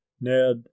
Ned